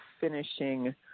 finishing